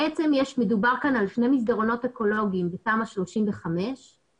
בעצם מדובר כאן על שני מסדרונות אקולוגיים בתמ"א 35 ושני